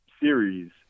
series